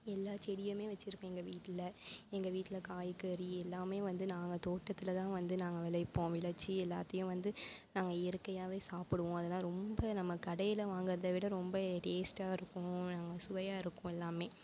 எல்லா செடியையுமே வச்சிருக்கேன் எங்கள் வீட்டில் எங்கள் வீட்டில் காய்கறி எல்லாமே வந்து நாங்கள் தோட்டத்துலதான் வந்து நாங்கள் விளைப்போம் விளைச்சு எல்லாத்தையும் வந்து நாங்கள் இயற்கையாகவே சாப்பிடுவோம் அதெல்லாம் ரொம்ப நம்ம கடையில் வாங்குறதை விட ரொம்ப டேஸ்ட்டாகருக்கும் நல்லா சுவையாகருக்கும் எல்லாமே